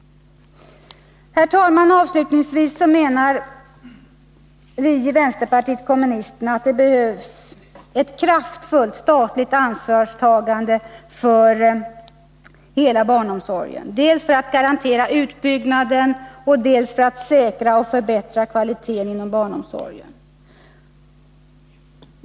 Herr talman! Vi i vänsterpartiet kommunisterna menar avslutningsvis att det behövs ett kraftfullt statligt ansvarstagande för hela barnomsorgen, dels för att garantera utbyggnaden, dels för att säkra och förbättra kvaliteten.